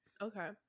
Okay